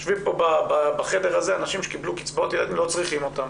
יושבים פה בחדר הזה אנשים שקיבלו קצבאות ילדים והם לא צריכים אותן.